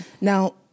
Now